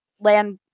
land